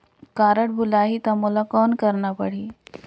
Card भुलाही ता मोला कौन करना परही?